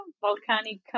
volcanic